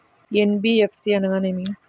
NBFC అనగా ఏమిటీ?